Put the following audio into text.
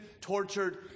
tortured